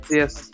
yes